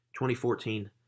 2014